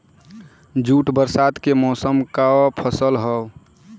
jute बरसात के मौसम क फसल हौ